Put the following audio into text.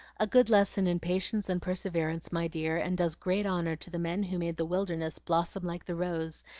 a good lesson in patience and perseverance, my dear, and does great honor to the men who made the wilderness blossom like the rose,